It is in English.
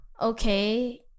Okay